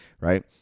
right